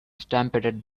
stampeded